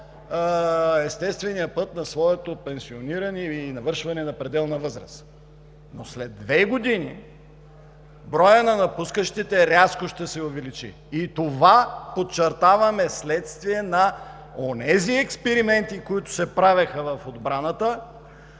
естествения път на своето пенсиониране или навършване на пределна възраст. Но след две години броят на напускащите рязко ще се увеличи. И това, подчертавам, е следствие на онези експерименти, които се правеха в отбраната,